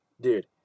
Dude